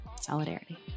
Solidarity